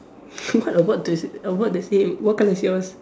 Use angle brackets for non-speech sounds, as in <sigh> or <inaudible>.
<laughs> what about the what the same what colour is yours